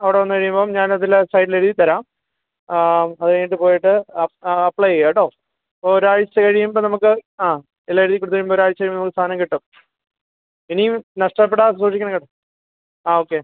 അവിടെ വന്ന് കഴിയുമ്പം ഞാനതിൽ സൈഡിലെഴുതി തരാം അത് കഴിഞ്ഞിട്ട് പോയിട്ട് ആ അപ്ലൈ ചെയ്യേട്ടോ ഒരായ്ച്ച കഴിയുമ്പോൾ നമുക്ക് ആ എല്ലാം എഴുതി കൊടുത്ത് കഴിയുമ്പം ഒരാഴ്ച കഴിയുമ്പം നമുക്ക് സാധനം കിട്ടും ഇനിയും നഷ്ടപ്പെടാതെ സൂക്ഷിക്കണം കേട്ടോ ആ ഓക്കെ